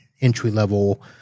entry-level